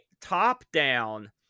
top-down